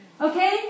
okay